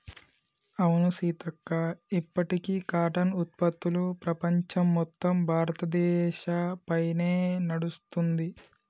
అవును సీతక్క ఇప్పటికీ కాటన్ ఉత్పత్తులు ప్రపంచం మొత్తం భారతదేశ పైనే నడుస్తుంది